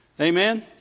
Amen